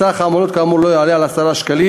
סך העמלות כאמור לא יעלה על 10 שקלים.